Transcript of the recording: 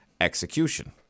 execution